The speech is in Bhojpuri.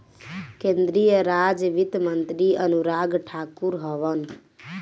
केंद्रीय राज वित्त मंत्री अनुराग ठाकुर हवन